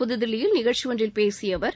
புதுதில்லியில் நிகழ்ச்சி ஒன்றில் பேசிய அவர்